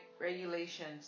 regulations